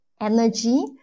energy